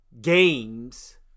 games